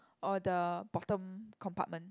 or the bottom compartment